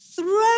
throw